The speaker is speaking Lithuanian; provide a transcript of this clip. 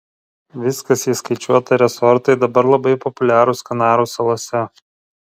viskas įskaičiuota resortai dabar labai populiarūs kanarų salose